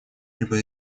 либо